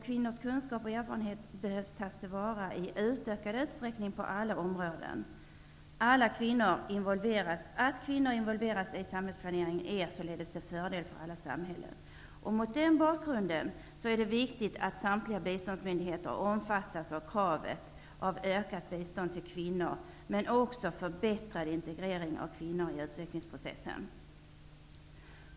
Kvinnors kunskap och erfarenhet behöver tas till vara i utökad utsträckning på alla områden. Att kvinnor involveras i samhällsplanering är således till fördel för alla samhällen. Mot den bakgrunden är det viktigt att samtliga biståndsmyndigheter omfattas av kravet på ökat bistånd till kvinnor men också förbättrad integrering av kvinnor i utvecklingsprocessen.